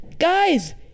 guys